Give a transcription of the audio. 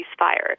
ceasefire